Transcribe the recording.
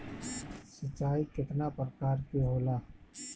सिंचाई केतना प्रकार के होला?